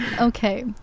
Okay